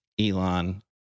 Elon